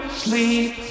sleep